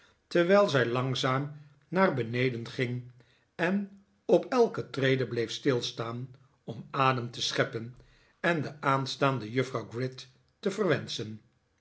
terwijl zij langzaam naar beneden ging en op elke trede bleef stilstaan om adem te scheppen en de aanstaande juffrouw gride te verwenschen